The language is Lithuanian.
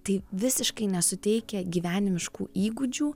tai visiškai nesuteikia gyvenimiškų įgūdžių